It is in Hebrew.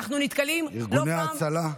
אנחנו נתקלים לא פעם, ארגוני ההצלה.